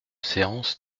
séance